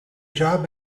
job